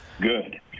good